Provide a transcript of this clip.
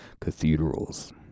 cathedrals